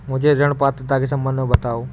मुझे ऋण पात्रता के सम्बन्ध में बताओ?